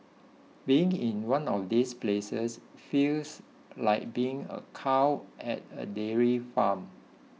being in one of these places feels like being a cow at a dairy farm